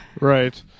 Right